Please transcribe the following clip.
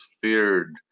feared